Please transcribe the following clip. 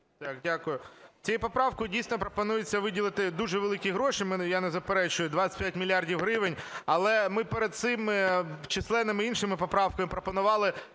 Дякую. Цією поправкою дійсно пропонується виділити дуже великі гроші, я не заперечую, 25 мільярдів гривень. Але перед цим ми численними іншими поправками пропонували